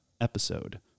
episode